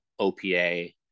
opa